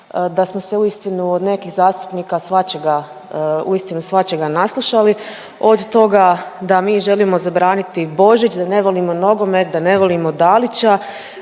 da smo se uistinu od nekih zastupnika svačega uistinu svačega naslušali od toga da mi želimo zabraniti Božić, da ne volimo nogomet, da ne volimo Dalića